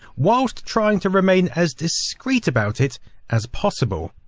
whilst trying to remain as discreet about it as possible.